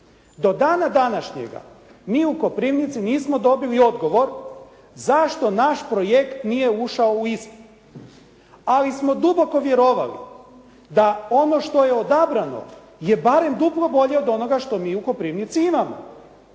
Do dana današnjega mi u Koprivnici nismo dobili odgovor zašto naš projekt nije ušao u ISPA-u. Ali smo duboko vjerovali da ono što je odabrano je barem duplo bolje od onoga što mi u Koprivnici imamo.